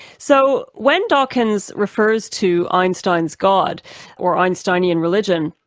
so, when dawkins refers to einstein's god or einsteinian religion,